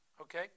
okay